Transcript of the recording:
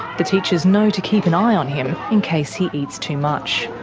the teachers know to keep an eye on him, in case he eats too much.